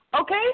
Okay